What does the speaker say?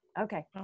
Okay